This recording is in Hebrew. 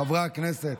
חברי הכנסת,